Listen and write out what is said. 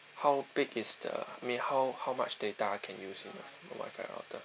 how big is the mean how how much data can use in the Wi-Fi router